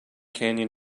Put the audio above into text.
canyon